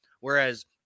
Whereas